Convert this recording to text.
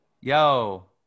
yo